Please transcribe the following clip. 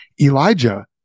Elijah